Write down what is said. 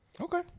Okay